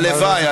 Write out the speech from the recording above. הלוואי.